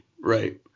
Right